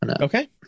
Okay